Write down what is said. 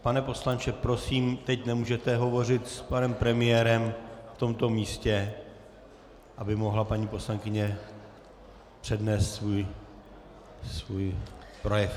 Pane poslanče, prosím, teď nemůžete hovořit s panem premiérem v tomto místě, aby mohla paní poslankyně přednést svůj projev.